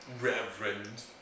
reverend